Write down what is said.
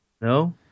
No